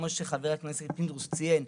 כמו שחבר הכנסת פינדרוס ציין,